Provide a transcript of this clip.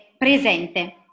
presente